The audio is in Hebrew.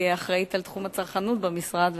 כאחראית לתחום הצרכנות במשרד,